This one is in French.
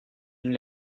une